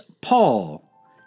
Paul